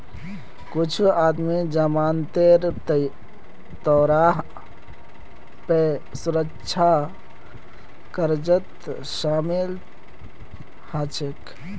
कुछू आदमी जमानतेर तौरत पौ सुरक्षा कर्जत शामिल हछेक